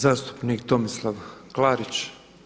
Zastupnik Tomislav Klarić.